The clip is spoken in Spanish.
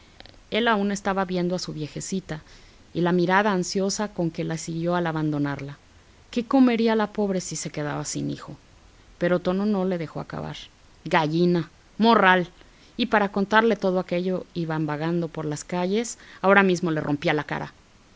él aún estaba viendo a su viejecita y la mirada ansiosa con que le siguió al abandonarla qué comería la pobre si se quedaba sin hijo pero tono no le dejó acabar gallina morral y para contarle todo aquello iban vagando por las calles ahora mismo le rompía la cara